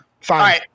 Fine